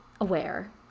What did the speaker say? aware